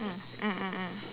mm mm mm